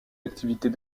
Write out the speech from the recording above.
activités